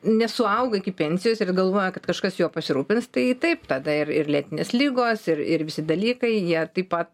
nesuauga iki pensijos ir galvoja kad kažkas juo pasirūpins tai taip tada ir ir lėtinės ligos ir ir visi dalykai jie taip pat